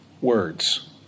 words